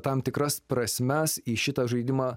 tam tikras prasmes į šitą žaidimą